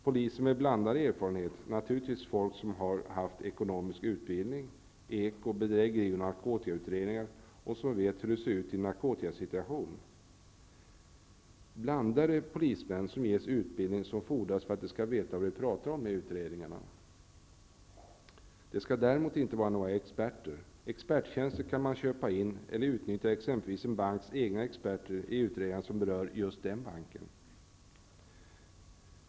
Poliser med blandad erfarenhet, naturligtvis folk med ekonomisk utbildning, med erfarenhet av eko-, bedrägeri och narkotikautredningar och kunskap om hur det ser ut i en narkotikasituation kan vara bra. Det behövs polismän med blandad erfarenhet, som kan ges utbildning som fordras för att de skall veta vad de talar om i utredningarna. De skall däremot inte vara några experter. Experttjänster kan man köpa in, eller man kan utnyttja exempelvis en banks egna experter i utredningar som berör just den banken.